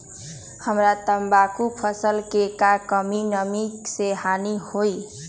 हमरा तंबाकू के फसल के का कम नमी से हानि होई?